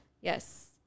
Yes